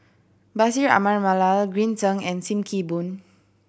Bashir Ahmad Mallal Green Zeng and Sim Kee Boon